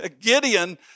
Gideon